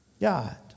God